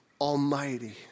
Almighty